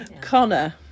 Connor